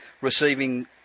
receiving